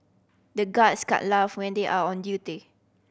the guards can't laugh when they are on duty